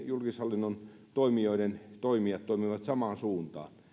julkishallinnon toimijat toimivat samaan suuntaan